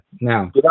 now